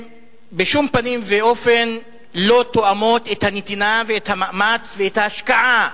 שבשום פנים ואופן לא תואמות את הנתינה ואת המאמץ ואת ההשקעה